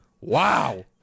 Wow